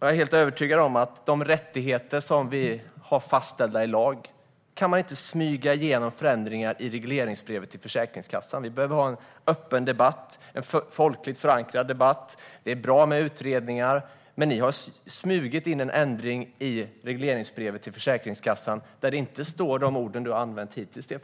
Jag är helt övertygad om att de rättigheter som är fastställda i lag kan man inte smyga igenom förändringar av i regleringsbrevet till Försäkringskassan. Vi behöver ha en öppen debatt, en folkligt förankrad debatt. Det är bra med utredningar. Men ni har smugit in en ändring i regleringsbrevet till Försäkringskassan. Där står inte de ord som du har använt hittills i den